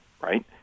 right